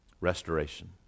restoration